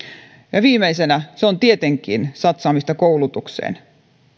ja viimeisenä ne ovat tietenkin satsaamista koulutukseen